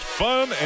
fun